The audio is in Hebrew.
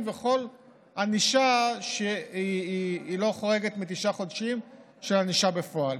ולכל ענישה שלא חורגת מתשעה חודשים של ענישה בפועל.